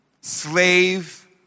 Slave